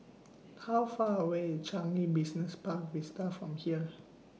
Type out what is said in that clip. How Far away IS Changi Business Park Vista from here